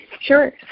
Sure